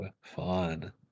fun